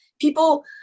people